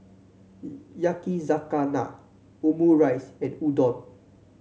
Yakizakana Omurice and Udon